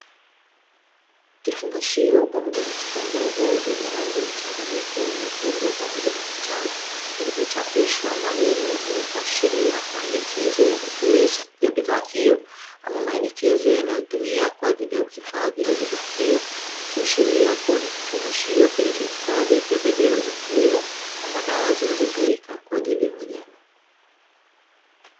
Kifungashio pamoja na chupa ndogo vyenye rangi mchanganyiko nyekundu pamoja na manjano, vilivyochapishwa maneno yenye kuashiria maelekezo ya matumizi ya bidhaa hiyo ama maelekezo yanayotumia kwa ajili ya uhifadhi wa bidhaa hiyo. Ikiashiria kuwa ni kifungashio kilichohifadhi pembejeo za kilimo ama dawa zinazotumika kwa ajili ya wanyama.